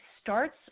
starts